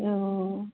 অঁ